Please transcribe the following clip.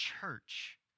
church